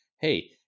hey